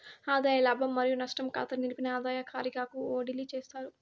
ఆదాయ లాభం మరియు నష్టం కాతాల నిలిపిన ఆదాయ కారిగాకు ఓడిలీ చేస్తారు